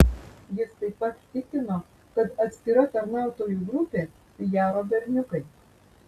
jis taip pat tikino kad atskira tarnautojų grupė pijaro berniukai